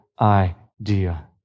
idea